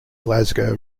glasgow